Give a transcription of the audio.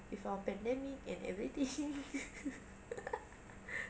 with our pandemic and everything